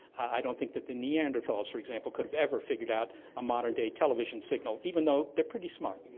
i don't think that the neanderthals, for example, could have ever figured out a modern-day television signal, even though they are pretty smart.